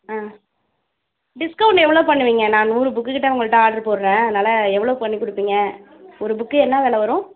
ஆ discount எவ்வளோ பண்ணுவீங்க நான் நூறு புக்குகிட்டே உங்கள்கிட்ட ஆர்டர் போடுறேன் அதனால் எவ்வளோ பண்ணிக் கொடுப்பீங்க ஒரு புக் என்ன விலை வரும்